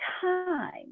time